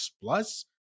plus